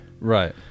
Right